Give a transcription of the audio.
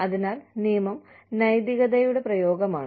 അതിനാൽ നിയമം നൈതികതയുടെ പ്രയോഗമാണ്